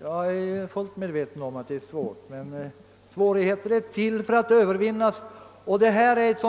Jag är alltså fullt medveten om att det är svårt, men svårigheter är till för att övervinnas, och detta är ett